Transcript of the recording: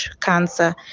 cancer